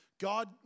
God